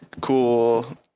cool